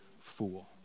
fool